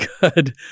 good